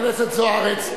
חברת הכנסת זוארץ,